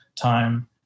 time